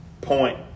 point